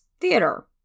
theater